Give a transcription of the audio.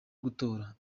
gutora